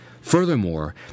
Furthermore